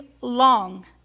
long